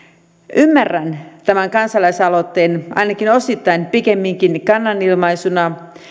ymmärrän tämän kansalaisaloitteen ainakin osittain pikemminkin kannanilmaisuna